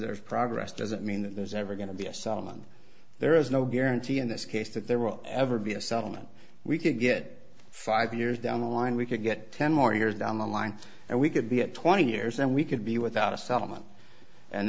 there is progress doesn't mean that there's ever going to be a solomon there is no guarantee in this case that there will ever be a settlement we could get five years down the line we could get ten more years down the line and we could be at twenty years and we could be without a settlement and